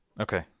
Okay